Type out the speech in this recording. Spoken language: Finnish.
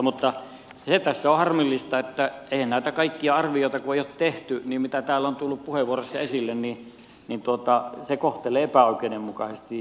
mutta se tässä on harmillista että kun eihän näitä kaikkia arvioita ole tehty niin mitä täällä on tullut puheenvuoroissa esille niin se kohtelee epäoikeudenmukaisesti